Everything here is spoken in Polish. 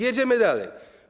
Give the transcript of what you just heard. Jedziemy dalej.